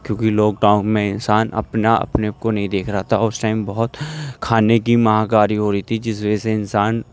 کیونکہ lockdown میں انسان اپنا اپنے کو نہیں دیکھ رہا تھا اور اس ٹائم بہت کھانے کی مہاکاری ہو رہی تھی جس وجہ سے انسان